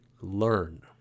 learn